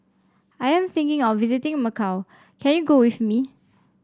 I am thinking of visiting Macau can you go with me